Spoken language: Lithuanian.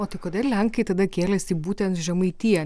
o tai kodėl lenkai tada kėlėsi būtent į žemaitiją